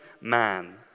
man